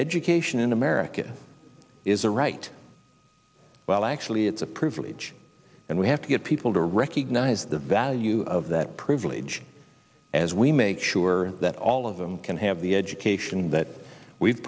education in america is a right well actually it's a privilege and we have to get people to recognize the value of that privilege as we make sure that all of them can have the education that we've